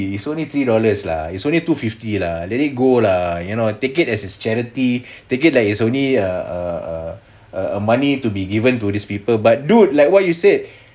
it's only three dollars lah it's only two fifty lah let it go lah you know take it as is charity take it like it's only a a a a a money to be given to these people but dude like what you said